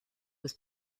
was